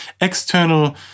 external